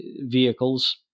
vehicles